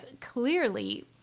clearly